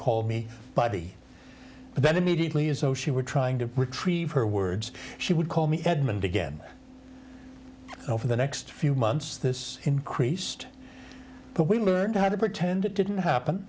call me buddy and then immediately as oh she were trying to retrieve her words she would call me edmond again over the next few months this increased but we learned how to pretend it didn't happen